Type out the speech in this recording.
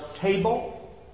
table